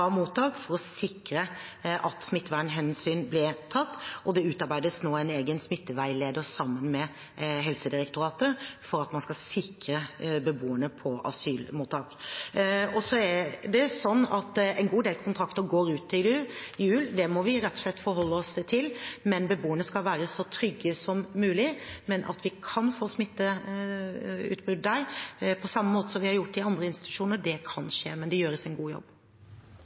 ble tatt, og det utarbeides nå en egen smitteveileder sammen med Helsedirektoratet for at man skal sikre beboerne på asylmottak. En god del kontrakter går ut til jul. Det må vi rett og slett forholde oss til. Men beboerne skal være så trygge som mulig. At vi kan få smitteutbrudd der på samme måte som vi har fått det i andre institusjoner, kan skje, men det gjøres en god jobb.